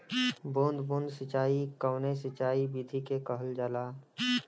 बूंद बूंद सिंचाई कवने सिंचाई विधि के कहल जाला?